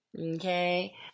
Okay